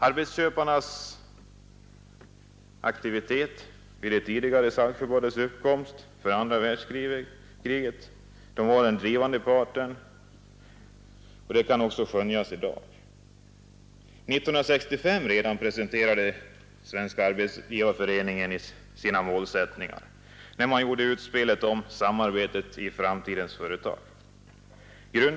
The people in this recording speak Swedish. Arbetsköparna var vid Saltsjöbadsavtalets tillkomst före andra världskriget den drivande parten och samma förhållande kan skönjas nu. Redan 1965 presenterade Svenska arbetsgivareföreningen sina målsättningar, när man gjorde utspelet om ”samarbetet i framtidens företag”.